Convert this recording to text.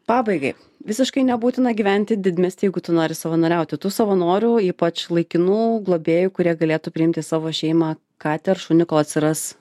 pabaigai visiškai nebūtina gyventi didmiesty jeigu tu nori savanoriauti tų savanorių ypač laikinų globėjų kurie galėtų priimti savo šeimą katę ar šuniuko atsiras